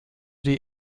die